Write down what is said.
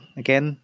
again